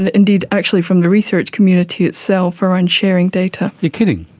and indeed actually from the research community itself around sharing data. you're kidding?